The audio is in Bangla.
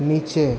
নিচে